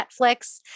Netflix